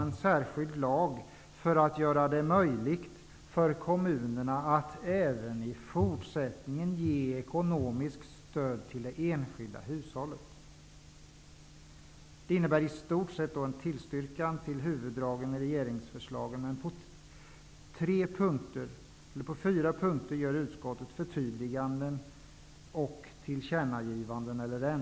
En särskild lag stiftas som gör det möjligt för kommunerna att även i fortsättningen ge ekonomiskt stöd till det enskilda hushållet. Utskottet tillstyrker i sina huvuddrag regeringsförslagen. På fyra punkter gör utskottet förtydliganden, ändringar eller tillkännagivanden.